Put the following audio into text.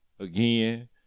Again